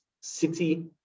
City